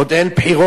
עוד אין בחירות,